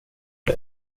jag